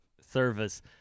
service